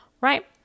right